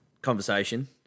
conversation